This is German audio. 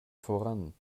voran